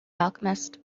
alchemist